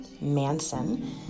Manson